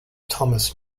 thomas